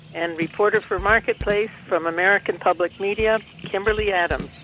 and reporter for marketplace from american public media, kimberly adams.